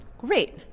great